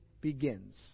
begins